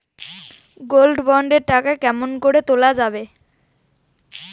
Gold bond এর টাকা কেমন করি তুলা যাবে?